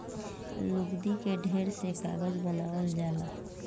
लुगदी के ढेर से कागज बनावल जाला